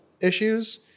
issues